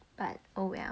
but oh well